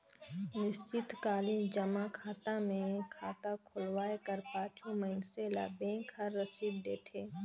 निस्चित कालीन जमा खाता मे खाता खोलवाए कर पाछू मइनसे ल बेंक हर रसीद देथे